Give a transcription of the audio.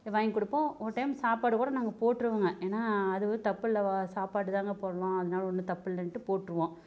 வாங்கி கொடுப்போம் ஒரு டைம் சாப்பாடு கூட நாங்கள் போட்ருவோங்க ஏன்னா அதுவும் தப்புல்லை சாப்பாடு தாங்க போட்றோம் அதனால ஒன்றும் தப்பில்லன்டு போட்டுருவோம்